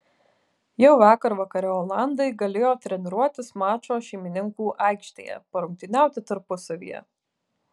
jau vakar vakare olandai galėjo treniruotis mačo šeimininkų aikštėje parungtyniauti tarpusavyje